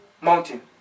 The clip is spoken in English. mountain